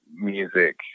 music